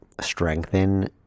strengthen